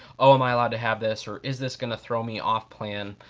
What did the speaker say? oh, am i allowed to have this or is this gonna throw me off plan?